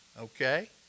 Okay